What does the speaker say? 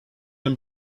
him